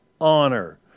honor